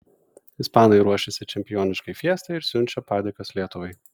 ispanai ruošiasi čempioniškai fiestai ir siunčia padėkas lietuvai